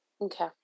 okay